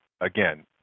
Again